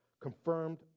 confirmed